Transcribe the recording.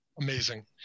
Amazing